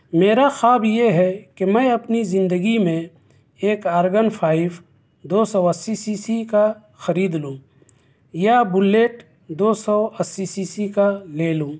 میرا خواب یہ ہے کہ میں اپنی زندگی میں ایک ارگن فائف دو سو اَسی سی سی کا خرید لوں یا بلیٹ دو سو اَسی سی سی کا لے لوں